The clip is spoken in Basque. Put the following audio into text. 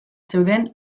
zeuden